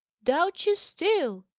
doubt you still!